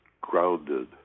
grounded